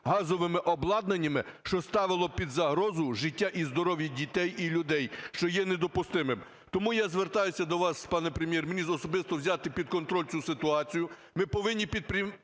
газовим обладнанням, що ставило під загрозу життя і здоров'я дітей і людей, що є недопустимим. Тому я звертаюся до вас, пане Прем'єр-міністре, особисто взяти під контроль цю ситуацію.